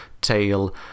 tail